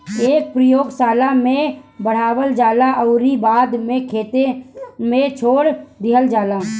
एके प्रयोगशाला में बढ़ावल जाला अउरी बाद में खेते में छोड़ दिहल जाला